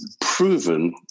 proven